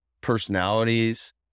personalities